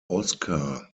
oskar